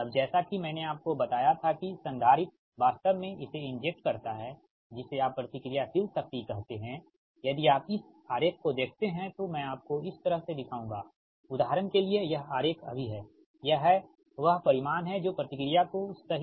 अब जैसा कि मैंने आपको बताया था कि संधारित्र वास्तव में इसे इंजेक्ट करता है जिसे आप प्रतिक्रियाशील शक्ति कहते हैं यदि आप इस आरेख को देखते हैं तो मैं आपको इस तरह से दिखाऊंगा उदाहरण के लिए यह आरेख अभी है यह है वह परिमाण है जो प्रतिक्रिया को 1𝜔C सही